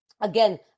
again